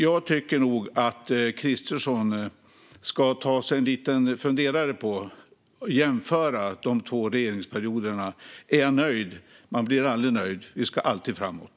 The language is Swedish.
Jag tycker nog att Kristersson ska ta sig en liten funderare och jämföra de två regeringsperioderna. Är jag nöjd? Man blir aldrig nöjd. Vi ska alltid framåt.